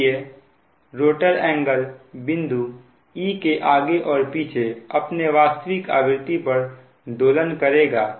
इसलिए rotor angle बिंदु e के आगे और पीछे अपने वास्तविक आवृत्ति पर दोलन करेगा